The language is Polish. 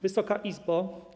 Wysoka Izbo!